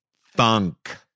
funk